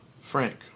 Frank